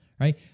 Right